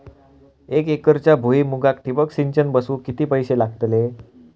एक एकरच्या भुईमुगाक ठिबक सिंचन बसवूक किती पैशे लागतले?